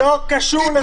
זה לא קשור לזה.